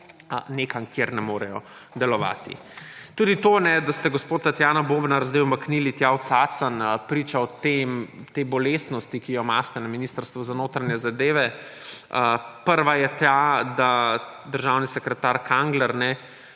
nekam, kjer ne morejo delovati. Tudi to, da ste gospo Tatjano Bobnar zdaj umaknili tja v Tacen, priča o tej bolestnosti, ki jo imate na Ministrstvu za notranje zadeve. Prva je ta, da je državni sekretar Kangler